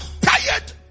tired